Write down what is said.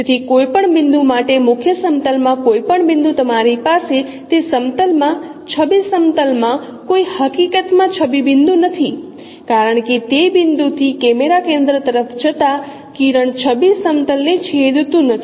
તેથી કોઈ પણ બિંદુ માટે મુખ્ય સમતલ માં કોઈ પણ બિંદુ તમારી પાસે તે સમતલ માં છબી સમતલ માં કોઈ હકીકત માં છબી બિંદુ નથી કારણ કે તે બિંદુથી કેમેરા કેન્દ્ર તરફ જતા કિરણ છબી સમતલ ને છેદતું નથી